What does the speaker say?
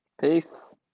Peace